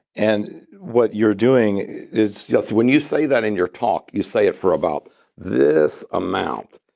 and what you're doing is yes, when you say that in your talk, you say it for about this amount.